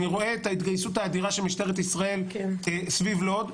אני רואה את ההתגייסות האדירה של משטרת ישראל סביב לוד.